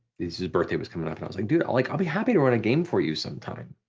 his birthday was coming up and i was like dude, i'll like i'll be happy to run a game for you sometime.